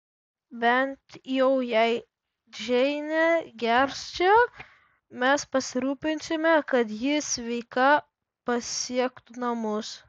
bent jau jei džeinė gers čia mes pasirūpinsime kad ji sveika pasiektų namus